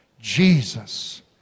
Jesus